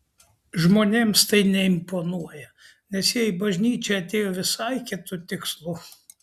žmonėms tai neimponuoja nes jie į bažnyčią atėjo visai kitu tikslu